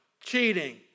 cheating